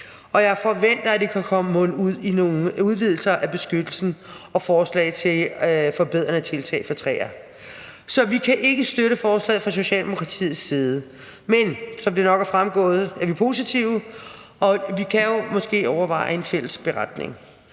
jeg forventer, at det kan munde ud i nogle udvidelser af beskyttelsen og forslag til forbedrede tiltag for træer. Så vi kan fra Socialdemokratiets side ikke støtte forslaget, men som det nok er fremgået, er vi positive, og vi kan jo måske overveje en fælles beretning.